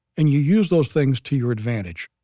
and you use those things to your advantage.